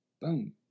Boom